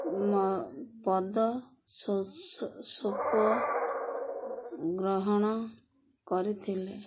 ମ ପଦ ସୋ ସୋ ସୋପ ଗ୍ରହଣ କରିଥିଲେ